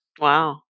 Wow